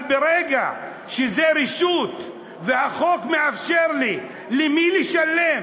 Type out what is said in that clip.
אבל ברגע שזה רשות והחוק מאפשר לי למי לשלם